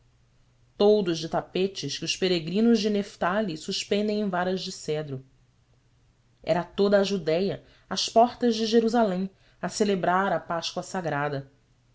toldos de tapetes que os peregrinos de neftali suspendem em varas de cedro era toda a judéia às portas de jerusalém a celebrar a páscoa sagrada